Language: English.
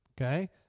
okay